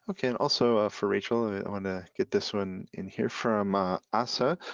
okay, and also ah for rachel i wanna get this one in here from ah assa.